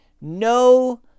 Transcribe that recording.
no